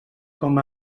com